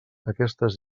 aquestes